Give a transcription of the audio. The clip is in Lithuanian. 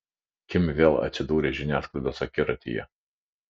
kim vėl atsidūrė žiniasklaidos akiratyje